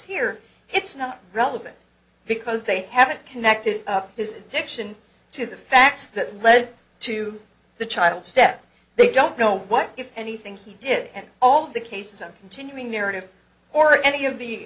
here it's not relevant because they haven't connected his addiction to the facts that led to the child's step they don't know what if anything he did and all the cases i'm continuing narrative or any of the